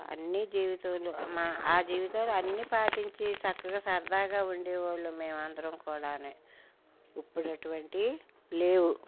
అన్ని జీవితంలో మా ఆ జీవితంలో అన్నీ పాటించి చక్కగా సరదాగా ఉండే వాళ్ళం మేమందరం కూడా ఇప్పుడు అటువంటివి లేవు